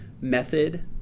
method